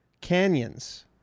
canyons